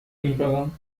میروم